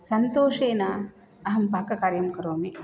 सन्तोषेन अहं पाककार्यं करोमि